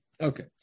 Okay